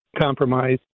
compromise